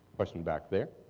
question back there?